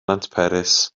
nantperis